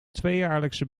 tweejaarlijkse